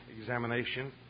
examination